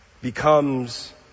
becomes